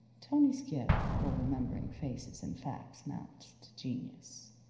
tony's gift for remembering faces and facts amounts to genius.